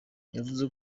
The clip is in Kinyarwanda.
yavuze